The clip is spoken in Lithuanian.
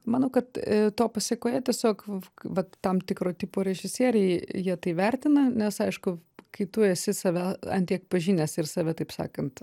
manau kad to pasekoje tiesiog vat tam tikro tipo režisieriai jie tai vertina nes aišku kai tu esi save ant tiek pažinęs ir save taip sakant